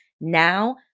Now